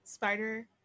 Spider